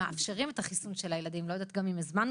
ומאפשרים את החיסון של הילדים לא יודעת גם אם הזמנו